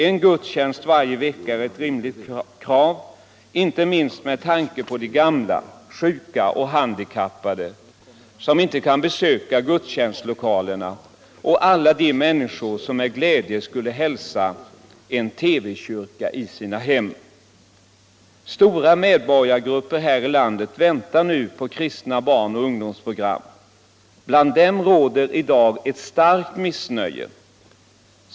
En gudstjänst varje vecka är ett rimligt krav, inte minst med tanke på de gamla. sjuka och handikappade som inte kan besöka gudstjänstlokalerna och med tanke på alla de människor som med glädje skulle hälsa en TV-kyrka i sina hem. Stora medborgargrupper här i landet väntar nu på kristna barn och ungdomsprogram. Bland dem råder i dag ett starkt missnöje.